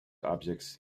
objects